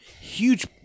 huge